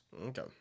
Okay